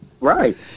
Right